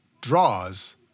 draws